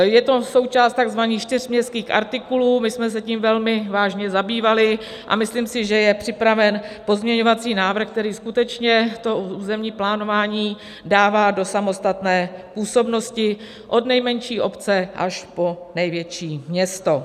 Je to součást takzvaných čtyř městských artikulů, my jsme se tím velmi vážně zabývali a myslím si, že je připraven pozměňovací návrh, který skutečně to územní plánování dává do samostatné působnosti od nejmenší obce až po největší město.